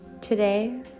Today